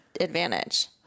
advantage